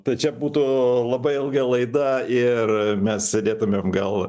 tai čia būtų labai ilga laida ir mes sėdėtumėm gal